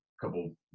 couple